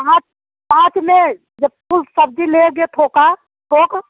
पाँच पाँच में जब तुम सब्ज़ी ले गयेत हो का